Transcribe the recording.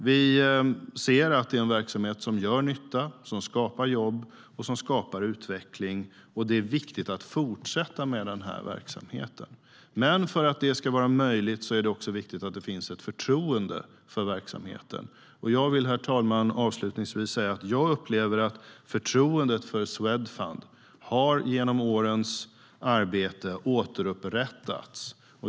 Vi ser att det är en verksamhet som gör nytta, som skapar jobb och som skapar utveckling, och det är viktigt att fortsätta med denna verksamhet. För att detta ska vara möjligt är det också viktigt att det finns ett förtroende för verksamheten. Jag vill, herr talman, säga att jag upplever att förtroendet för Swedfund har återupprättats genom årens arbete.